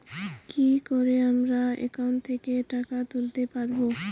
কি করে আমার একাউন্ট থেকে টাকা তুলতে পারব?